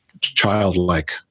childlike